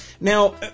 now